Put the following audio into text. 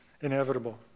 inevitable